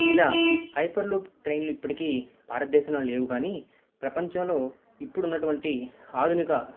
ఇలా hyper loop ట్రైన్లు ఇప్పటికీ భారతదేశంలో లేవు కాని ప్రపంచంలో ఇప్పుడు ఉన్నటువంటి ఆధునిక